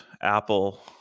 Apple